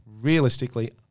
realistically